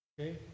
Okay